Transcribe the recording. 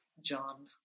John